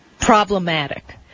problematic